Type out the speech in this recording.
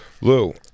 Lou